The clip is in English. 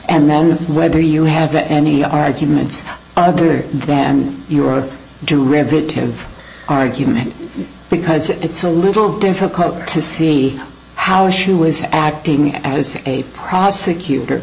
and then whether you have any arguments other than your derivative argument because it's a little difficult to see how she was acting as a prosecutor